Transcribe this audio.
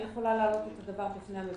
אני יכולה להעלות את הדבר בפני המבקר.